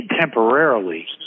temporarily